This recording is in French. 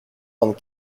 vingt